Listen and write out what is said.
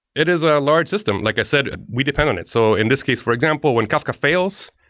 it is a large system. like i said, we depend on it. so in this case, for example, when kafka fails,